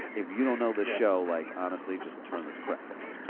if you don't know the show, like honestly, just turn this crap off.